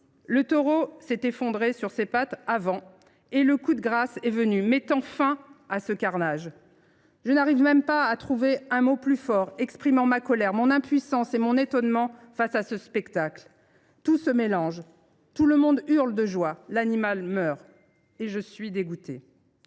Le taureau s’est effondré sur ses pattes avant, et le coup de grâce est venu, mettant fin à ce carnage. Je n’arrive même pas à trouver un mot plus fort exprimant ma colère, mon impuissance et mon étonnement face à ce spectacle. Tout se mélange, tout le monde hurle de joie, l’animal meurt, et je suis dégoûtée.